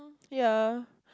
ya